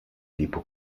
tipo